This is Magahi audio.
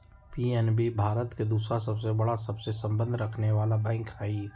पी.एन.बी भारत के दूसरा सबसे बड़ा सबसे संबंध रखनेवाला बैंक हई